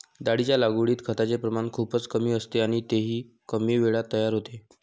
डाळींच्या लागवडीत खताचे प्रमाण खूपच कमी असते आणि तेही कमी वेळात तयार होते